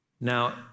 Now